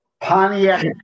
Pontiac